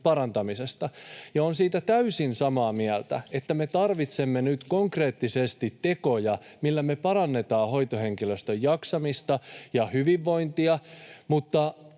parantamisesta. Olen täysin samaa mieltä siitä, että me tarvitsemme nyt konkreettisesti tekoja, millä me parannetaan hoitohenkilöstön jaksamista ja hyvinvointia, mutta